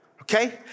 Okay